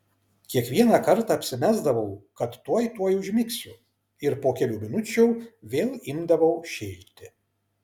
kiekvieną kartą apsimesdavau kad tuoj tuoj užmigsiu ir po kelių minučių vėl imdavau šėlti